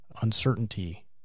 uncertainty